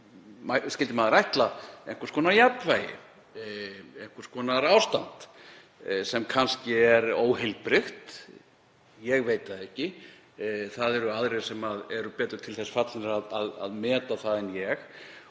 skyldi maður ætla, einhvers konar jafnvægi, einhvers konar ástand sem kannski er óheilbrigt. Ég veit það ekki. Það eru aðrir sem eru betur til þess fallnir að meta það en ég.